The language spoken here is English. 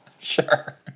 Sure